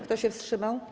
Kto się wstrzymał?